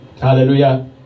Hallelujah